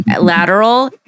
lateral